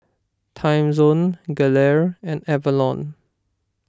Timezone Gelare and Avalon